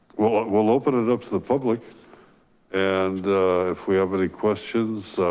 we'll open it up to the public and if we have any questions